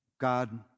God